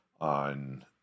on